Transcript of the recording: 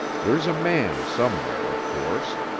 there's a man somewhere, of course.